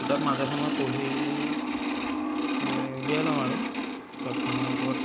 কিতাপ মাজে সময়ে পঢ়ি এই উলিয়াই লওঁ আৰু কিতাপখনৰ ওপৰত